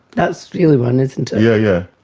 that's really one, isn't ah yeah yeah